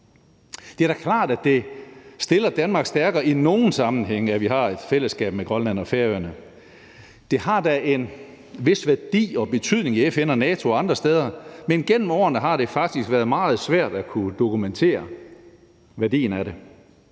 Det er da klart, at det stiller Danmark stærkere i nogle sammenhænge, at vi har et fællesskab med Grønland og Færøerne. Det har da en vis værdi og betydning i FN og NATO og andre steder, men gennem årene har det faktisk været meget svært at kunne dokumentere værdien af det.